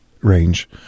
range